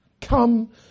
come